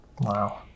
Wow